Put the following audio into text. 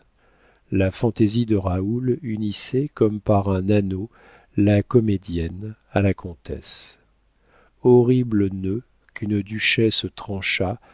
la fantaisie de raoul unissait comme par un anneau la comédienne à la comtesse horrible nœud qu'une duchesse trancha